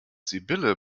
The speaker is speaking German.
sibylle